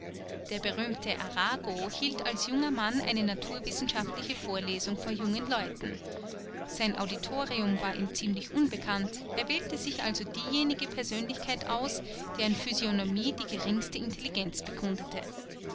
der berühmte arago hielt als junger mann eine naturwissenschaftliche vorlesung vor jungen leuten sein auditorium war ihm ziemlich unbekannt er wählte sich also diejenige persönlichkeit aus deren physiognomie die geringste intelligenz bekundete